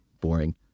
Boring